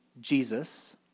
Jesus